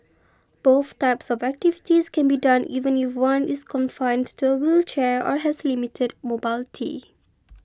both types of activities can be done even if one is confined to a wheelchair or has limited mobility